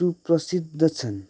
सुप्रसिद्ध छन्